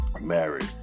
married